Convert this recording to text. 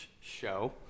Show